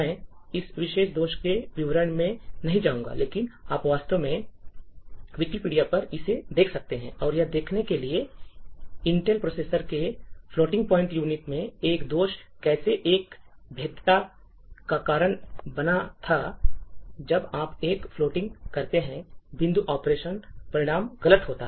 मैं इस विशेष दोष के विवरण में नहीं जाऊंगा लेकिन आप वास्तव में विकिपीडिया पर इसे देख सकते हैं और यह देखने के लिए कि इंटेल प्रोसेसर के फ्लोटिंग पॉइंट यूनिट में एक दोष कैसे एक भेद्यता का कारण बना था जब आप एक फ्लोटिंग करते हैं बिंदु ऑपरेशन परिणाम गलत होगा